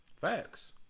Facts